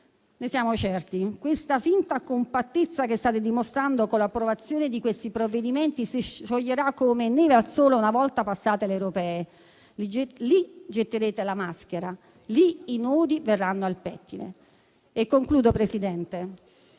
Ne siamo certi: la finta compattezza che state dimostrando con l'approvazione di questi provvedimenti si scioglierà come neve al sole una volta passate le elezioni europee. Allora getterete la maschera e i nodi verranno al pettine. Signor Presidente,